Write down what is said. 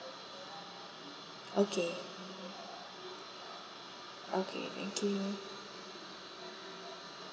okay okay thank you